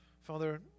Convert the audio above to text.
Father